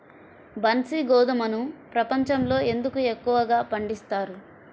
బన్సీ గోధుమను ప్రపంచంలో ఎందుకు ఎక్కువగా పండిస్తారు?